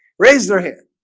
raised their hand